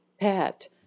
pet